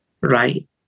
Right